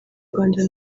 rwanda